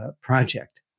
project